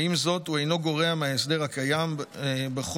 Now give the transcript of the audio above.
ועם זאת הוא אינו גורע מההסדר הקיים בחוק